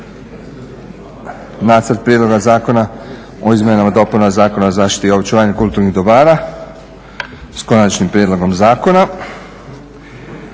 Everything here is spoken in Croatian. nacrt prijedloga Zakona o izmjenama i dopunama Zakona o zaštiti i očuvanju kulturnih dobara s konačnim prijedlogom zakona,